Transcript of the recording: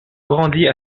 grandit